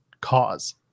cause